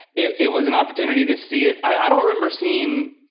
it it was an opportunity to see it, i don't remember seeing,